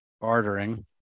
bartering